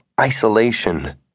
isolation